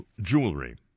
Jewelry